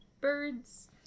birds